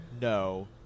No